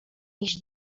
iść